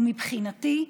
מבחינתי,